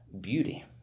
Beauty